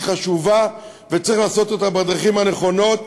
חשובה וצריך לעשות אותה בדרכים הנכונות,